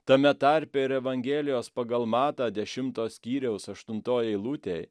tame tarpe ir evangelijos pagal matą dešimto skyriaus aštuntoj eilutėj